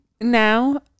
Now